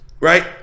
Right